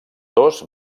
dos